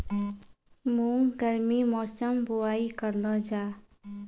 मूंग गर्मी मौसम बुवाई करलो जा?